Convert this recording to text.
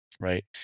right